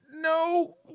No